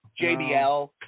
JBL